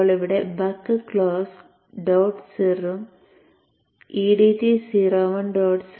ഇപ്പോൾ ഇവിടെ back close dot സിറും edt 01